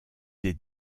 des